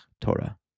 Torah